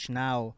now